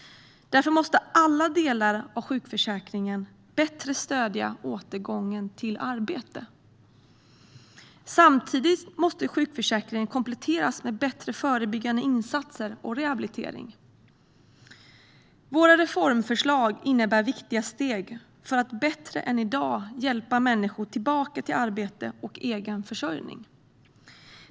Därför måste alla delar av sjukförsäkringen bättre stödja återgången till arbete. Samtidigt måste sjukförsäkringen kompletteras med bättre förebyggande insatser och rehabilitering. Våra reformförslag innebär viktiga steg för att bättre än i dag hjälpa människor tillbaka till arbete och egen försörjning.